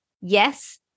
yes